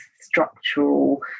structural